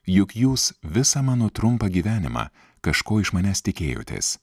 juk jūs visą mano trumpą gyvenimą kažko iš manęs tikėjotės